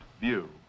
view